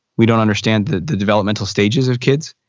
we don't understand the the developmental stages of kids.